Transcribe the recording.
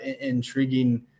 intriguing